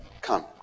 Come